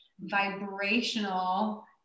vibrational